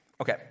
okay